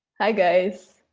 hi guys.